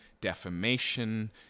defamation